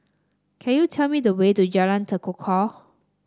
can you tell me the way to Jalan Tekukor